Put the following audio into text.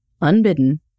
unbidden